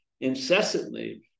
incessantly